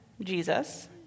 Jesus